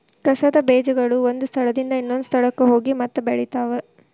ಕಸದ ಬೇಜಗಳು ಒಂದ ಸ್ಥಳದಿಂದ ಇನ್ನೊಂದ ಸ್ಥಳಕ್ಕ ಹೋಗಿ ಮತ್ತ ಬೆಳಿತಾವ